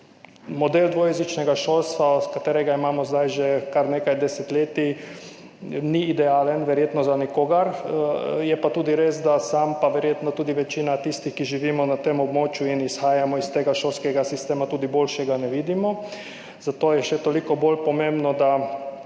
model dvojezičnega šolstva, ki ga imamo zdaj že kar nekaj desetletij, ni idealen verjetno za nikogar, je pa tudi res, da sam, pa verjetno tudi večina tistih, ki živimo na tem območju in izhajamo iz tega šolskega sistema, tudi boljšega ne vidimo. Zato je še toliko bolj pomembno, da